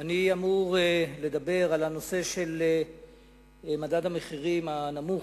אני אמור לדבר על הנושא של מדד המחירים הנמוך,